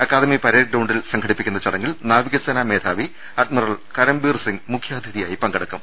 academy parade ഗ്രൌണ്ടിൽ സംഘടിപ്പിക്കുന്ന ചടങ്ങിൽ നാവികസേനാ മേധാവി അഡ്മി റൽ കരംബീർ സിംഗ് മുഖ്യ അതിഥിയായി പങ്കെടുക്കും